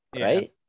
Right